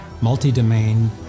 multi-domain